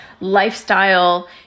lifestyle